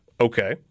Okay